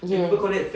ya